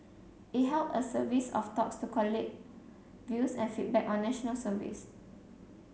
it held a service of talks to collate views and feedback on National Service